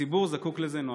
הציבור זקוק לזה נואשות.